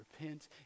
repent